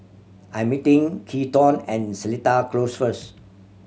I'm meeting Keaton at Seletar Close first